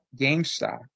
GameStop